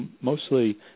mostly